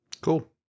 Cool